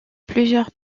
plusieurs